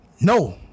no